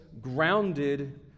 grounded